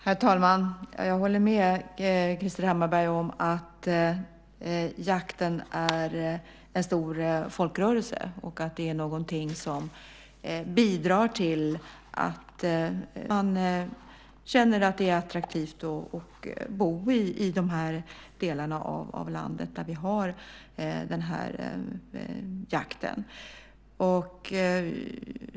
Herr talman! Jag håller med Krister Hammarbergh om att jakten är en stor folkrörelse och att det är någonting som bidrar till att man känner att det är attraktivt att bo i de delar av landet där vi har den här jakten.